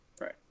right